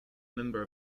member